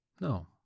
No